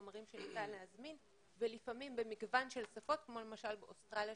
חומרים שניתן להזמין ולפעמים במגוון של שפות כמו למשל באוסטרליה,